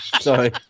Sorry